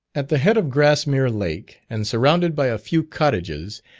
at the head of grassmere lake, and surrounded by a few cottages,